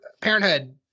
Parenthood